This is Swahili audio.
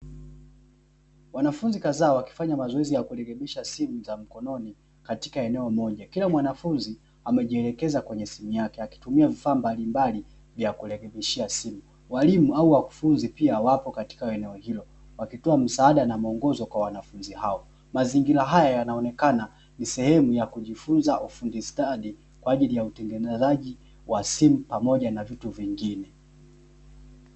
Wanafunzi kadhaa, wakifanya mazoezi ya kurekebisha simu za mkononi katika eneo moja, kila mwanafunzi amejielekeza kwenye simu yake akitumia vifaa mbalimbali vya kurekebishia simu, walimu au wakufunzi pia wapo katika eneo hilo wakitoa msaada na mwongozo kwa wanafunzi hao. Mazingira haya yanaonekana ni sehemu ya kujifunza ufundi stadi kwa ajili ya utengenezaji wa simu pamoja na vitu vingine.